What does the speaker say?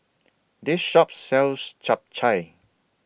This Shop sells Chap Chai